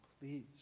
please